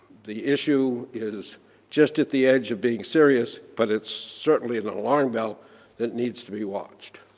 the issue is just at the edge of being serious, but it's certainly an alarm bell that needs to be watched.